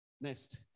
Next